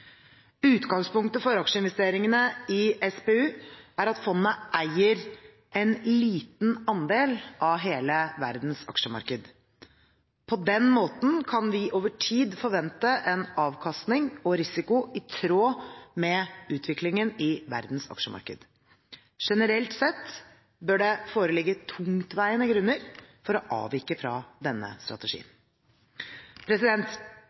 Utgangspunktet for aksjeinvesteringene i SPU er at fondet eier en liten andel av hele verdens aksjemarked. På den måten kan vi over tid forvente en avkastning og risiko i tråd med utviklingen i verdens aksjemarked. Generelt sett bør det foreligge tungtveiende grunner for å avvike fra denne